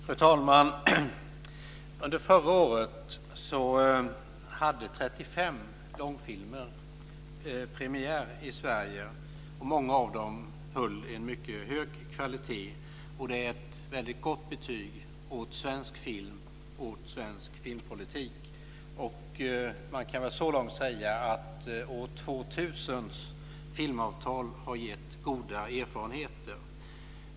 Fru talman! Under förra året hade 35 långfilmer premiär i Sverige. Många av dem höll en mycket hög kvalitet. Det är ett väldigt gott betyg åt svensk film och svensk filmpolitik. Man kan säga att filmavtalet för år 2000 så långt har gett goda erfarenheter.